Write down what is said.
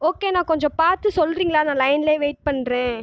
okay அண்ணா கொஞ்சம் பார்த்து சொல்கிறீங்களா நான் லைன்லேயே வெயிட் பண்ணுறேன்